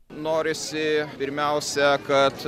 norisi pirmiausia kad